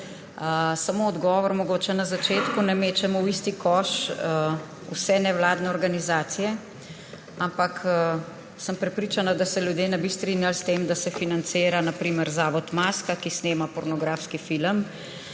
Samo odgovor mogoče na začetku. Ne mečemo v isti koš vse nevladne organizacije, ampak sem prepričana, da se ljudje ne bi strinjali s tem, da se financira na primer zavod Maska, ki snema pornografski film,